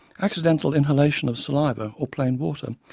accidental inhalation of saliva or plain water,